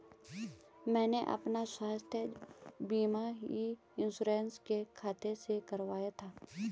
मैंने अपना स्वास्थ्य बीमा ई इन्श्योरेन्स के खाते से ही कराया था